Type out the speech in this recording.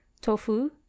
tofu